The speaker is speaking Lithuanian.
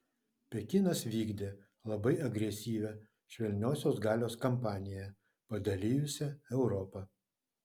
pekinas vykdė labai agresyvią švelniosios galios kampaniją padalijusią europą